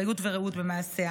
אחריות ורעות במעשיה.